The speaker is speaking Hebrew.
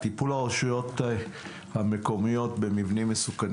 עברתי על הדוח על טיפול הרשויות המקומיות במבנים מסוכנים